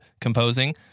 composing